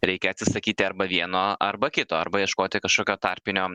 reikia atsisakyti arba vieno arba kito arba ieškoti kažkokio tarpinio